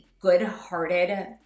good-hearted